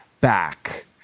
back